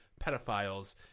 pedophiles